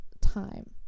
time